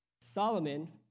Solomon